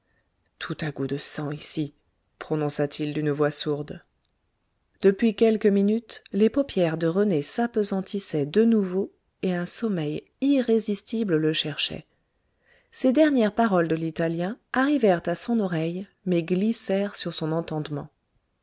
tout a goût de sang ici prononça-t-il d'une voix sourde depuis quelques minutes les paupières de rené s'appesantissaient de nouveau et un sommeil irrésistible le cherchait ces dernières paroles de l'italien arrivèrent à son oreille mais glissèrent sur son entendement